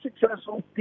successful